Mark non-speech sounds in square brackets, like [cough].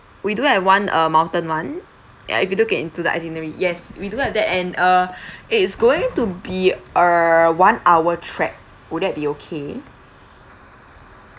we do have one uh mountain [one] ya if you look it into the itinerary yes we do have that and uh [breath] it is going to be err one hour trek would that be okay